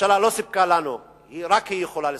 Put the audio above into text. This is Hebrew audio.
הממשלה לא סיפקה לנו, ורק היא יכולה לספק,